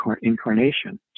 incarnation